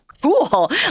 cool